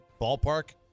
ballpark